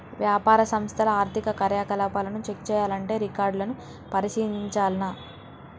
వ్యాపార సంస్థల ఆర్థిక కార్యకలాపాలను చెక్ చేయాల్లంటే రికార్డులను పరిశీలించాల్ల